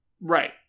Right